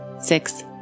six